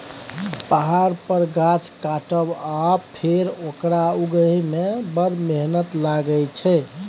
पहाड़ पर गाछ काटब आ फेर ओकरा उगहय मे बड़ मेहनत लागय छै